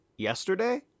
yesterday